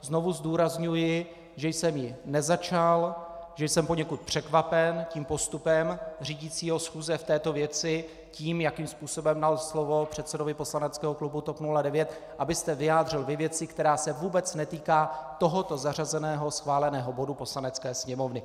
Znovu zdůrazňuji, že jsem ji nezačal, že jsem poněkud překvapen postupem řídícího schůze v této věci tím, jakým způsobem dal slovo předsedovi poslaneckého klubu TOP 09, aby se vyjádřil ve věci, která se vůbec netýká tohoto zařazeného schváleného bodu Poslanecké sněmovny.